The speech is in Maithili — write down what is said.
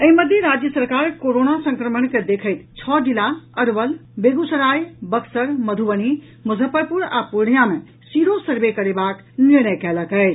एहि मध्य राज्य सरकार कोरोना संक्रमण के देखैत छओ जिला अरवल बेगूसराय बक्सर मधुबनी मुजफ्फरपुर आ पूर्णियां मे सीरो सर्वे करेबाक निर्णय कयलक अछि